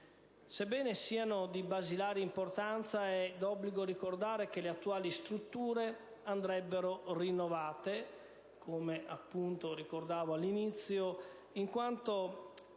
Sebbene siano di basilare importanza, è d'obbligo ricordare che le attuali strutture andrebbero rinnovate, come appunto ricordavo all'inizio, in quanto